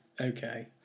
okay